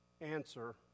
answer